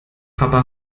papa